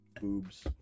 Boobs